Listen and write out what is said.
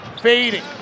fading